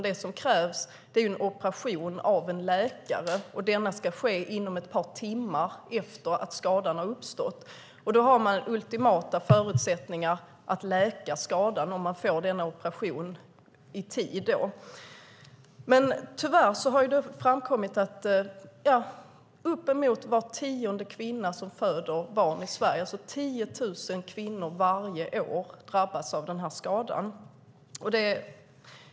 Det som krävs är en operation av en läkare, och denna ska ske inom ett par timmar efter att skadan har uppstått. Om man får denna operation i tid finns det ultimata förutsättningar för att skadan läker. Tyvärr har det framkommit att uppemot var tionde kvinna som föder barn i Sverige, alltså 10 000 kvinnor varje år, drabbas av denna skada.